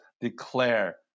declare